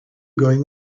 going